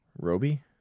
Roby